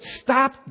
stop